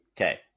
Okay